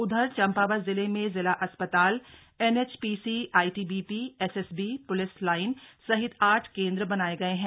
उधर चंपावत जिले में जिला अस्पताल NHPC ITBP SSB police line सहित आठ केंद्र बनाए गए हैं